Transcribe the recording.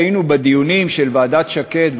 כשהיינו בדיונים של ועדת שקד,